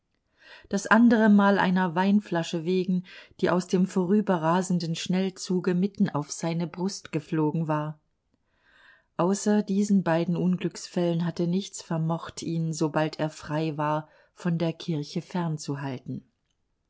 das andere mal einer weinflasche wegen die aus dem vorüberrasenden schnellzuge mitten auf seine brust geflogen war außer diesen beiden unglücksfällen hatte nichts vermocht ihn sobald er frei war von der kirche